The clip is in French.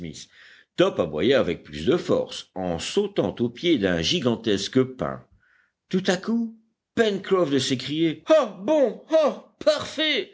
top aboya avec plus de force en sautant au pied d'un gigantesque pin tout à coup pencroff de s'écrier ah bon ah parfait